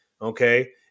okay